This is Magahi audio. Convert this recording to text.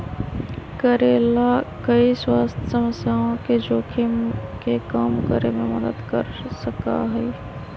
करेला कई स्वास्थ्य समस्याओं के जोखिम के कम करे में मदद कर सका हई